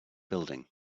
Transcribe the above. building